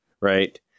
right